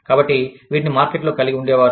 కాబట్టి వీటిని మార్కెట్లో కలిగి ఉండేవారు